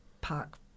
park